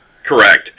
correct